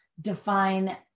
define